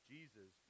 Jesus